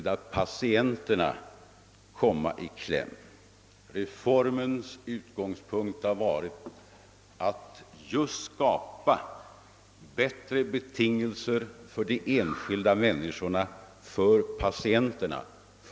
Jag har reagerat emot detta, eftersom syftet har varit att skapa bättre betingelser just för de enskilda vårdbehövande människorna, för patienterna.